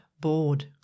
bored